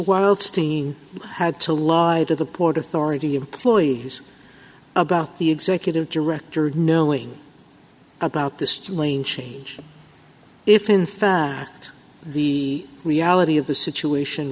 wildstein had to lie to the port authority employees about the executive director knowing about this lane change if infer that the reality of the situation